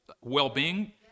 well-being